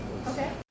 Okay